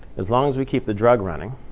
as long as we keep the drug running.